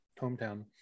hometown